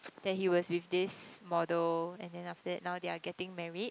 that he was with this model and then after that now they are getting married